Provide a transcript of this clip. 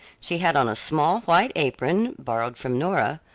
she had on a small white apron, borrowed from nora,